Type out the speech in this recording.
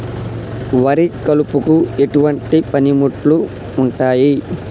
వరి కలుపుకు ఎటువంటి పనిముట్లు ఉంటాయి?